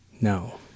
No